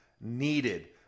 needed